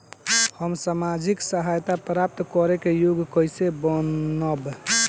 हम सामाजिक सहायता प्राप्त करे के योग्य कइसे बनब?